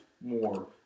more